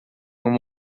uma